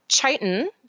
chitin